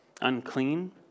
unclean